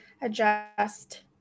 adjust